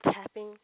tapping